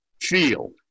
feel